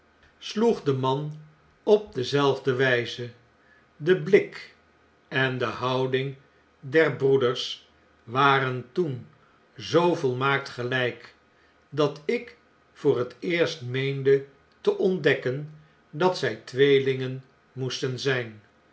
sloeg den man op dezelfde wjjze de blik en de houding der broeders waren toen zoo volmaakt geljjk dat ik voor het eerst meende te ontdekken dat zjj tweelingen moesten zijn